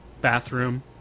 bathroom